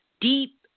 deep